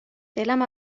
دلم